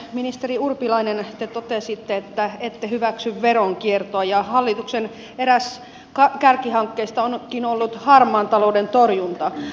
ministeri urpilainen te totesitte että ette hyväksy veronkiertoa ja eräs hallituksen kärkihankkeista onkin ollut harmaan talouden torjunta